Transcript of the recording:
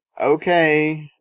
okay